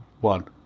one